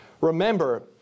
remember